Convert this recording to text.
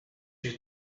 you